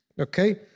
okay